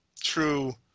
true